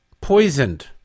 poisoned